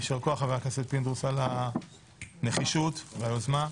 יישר כוח, חבר הכנסת פינדרוס, על הנחישות והיוזמה.